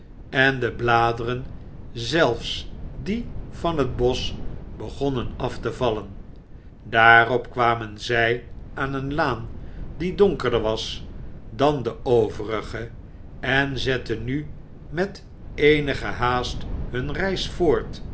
en de bladeren zelfs die van het bosch begonnen af te vallen daarop kwamen zy aan een laan die donkerder was dan de overige en zetten nu met eenige haast hun reis voort